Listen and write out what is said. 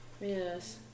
Yes